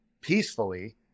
peacefully